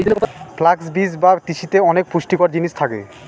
flux বীজ বা তিসিতে অনেক পুষ্টিকর জিনিস থাকে